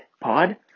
pod